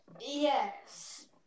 Yes